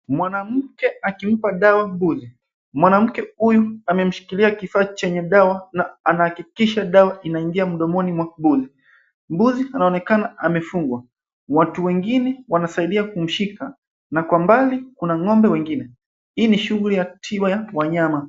Mwanamke akimpa dawa mbuzi mwanamke huyu amemshikilia kifaa chenye dawa na anahakikisha dawa inaingia mdomoni mwa mbuzi mbuzi anaonekana amefungwa watu wengine wanasaidia kumshika na kwa mbali kuna ngombe wengine hii ni shughuli ya tiba ya wanyama